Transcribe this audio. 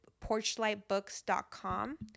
porchlightbooks.com